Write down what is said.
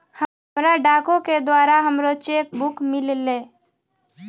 हमरा डाको के द्वारा हमरो चेक बुक मिललै